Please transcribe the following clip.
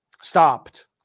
stopped